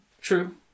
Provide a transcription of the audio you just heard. true